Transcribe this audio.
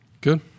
Good